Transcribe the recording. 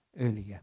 earlier